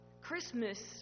Christmas